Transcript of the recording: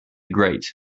grate